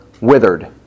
withered